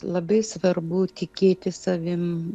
labai svarbu tikėti savim